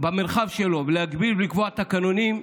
במרחב שלו ולהגביל ולקבוע תקנונים.